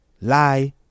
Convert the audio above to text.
Lie